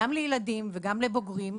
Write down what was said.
גם לילדים וגם לבוגרים,